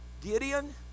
Gideon